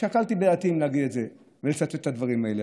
שקלתי אם להגיד את זה ולצטט את הדברים האלה,